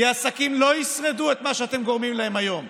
כי עסקים לא ישרדו את מה שאתם גורמים להם היום.